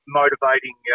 motivating